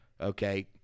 Okay